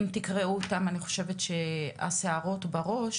אם תקראו אותם, אני חושבת שיסמרו שערותיכם.